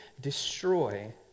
destroy